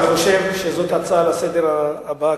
אני חושב שזאת ההצעה הבאה לסדר-היום,